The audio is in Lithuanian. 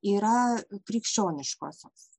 yra krikščioniškosios